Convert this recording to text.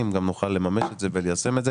גם נוכל לממש את זה וליישם את זה.